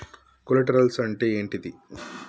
Collaterals అంటే ఏంటిది?